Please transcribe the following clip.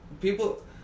people